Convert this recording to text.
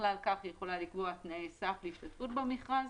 בכלל כך היא יכולה לקבוע תנאי סף להשתתפות במכרז,